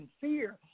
fear